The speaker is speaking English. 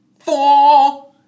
Four